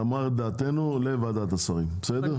נאמר את דעתנו לוועדת השרים, בסדר?